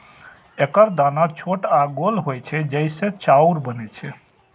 एकर दाना छोट आ गोल होइ छै, जइसे चाउर बनै छै